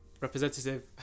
representative